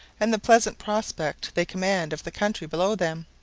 and the pleasant prospect they command of the country below them,